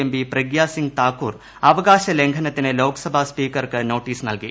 MP Pragya Singh Thakur അവകാശ ലംഘനത്തിന് ലോക്സഭാ സ്പീക്കർക്ക് നോട്ടീസ് നൽകി